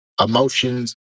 emotions